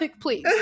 please